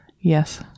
yes